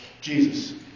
Jesus